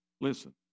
Listen